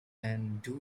and